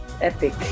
epic